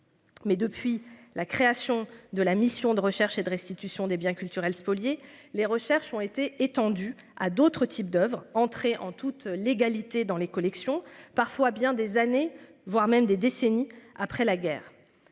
Mais depuis la création de la mission de recherche et de restitution des biens culturels spoliés. Les recherches ont été étendues à d'autres types d'Oeuvres. Entrer en toute légalité dans les collections parfois bien des années, voire même des décennies après la guerre.